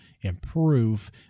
improve